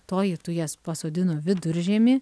toji tujas pasodino viduržiemį